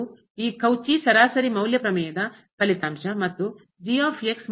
ಅದು ಈ ಕೌಚಿ ಸರಾಸರಿ ಮೌಲ್ಯ ಪ್ರಮೇಯದ ಫಲಿತಾಂಶ ಮತ್ತು ಗುಣಿಸಿದಾಗ ಬರಲಿದೆ